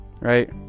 Right